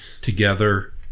Together